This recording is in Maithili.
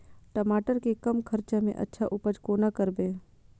टमाटर के कम खर्चा में अच्छा उपज कोना करबे?